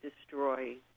destroy